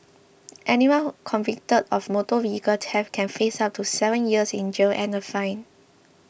anyone who convicted of motor vehicle theft can face up to seven years in jail and a fine